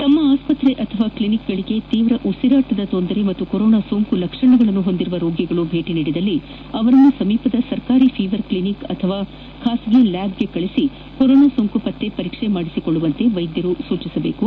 ತಮ್ನ ಆಸ್ಪತ್ರೆ ಅಥವಾ ಕ್ಲಿನಿಕ್ಗಳಿಗೆ ತೀವ್ರ ಉಸಿರಾಟದ ತೊಂದರೆ ಹಾಗೂ ಕೊರೋನಾ ಸೋಂಕು ಲಕ್ಷಣಗಳನ್ನು ಹೊಂದಿರುವ ರೋಗಿಗಳು ಭೇಟಿ ನೀಡಿದಲ್ಲಿ ಅವರನ್ನು ಸಮೀಪದ ಸರ್ಕಾರಿ ಫೀವರ್ ಕ್ಲಿನಿಕ್ ಅಥವಾ ಖಾಸಗಿ ಲ್ಯಾಬ್ ಗೆ ಕಳುಹಿಸಿ ಕೋರೋನಾ ಸೋಂಕು ಪತ್ತೆ ಪರೀಕ್ಷೆ ಮಾಡಿಸಿಕೊಳ್ಳಲು ವೈದ್ಯರು ತಿಳಸಬೇಕು